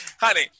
Honey